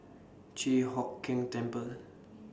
Chi Hock Keng Temple